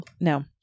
No